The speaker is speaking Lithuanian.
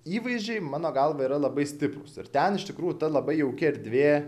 įvaizdžiai mano galva yra labai stiprūs ir ten iš tikrųjų ta labai jauki erdvė